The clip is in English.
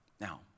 Now